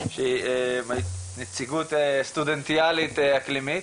שהיא מנציגות סטודנטיאלית אקלימית.